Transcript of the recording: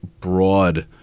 broad